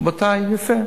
רבותי, יפה.